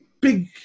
big